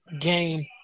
game